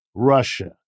Russia